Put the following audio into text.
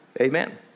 Amen